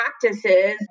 practices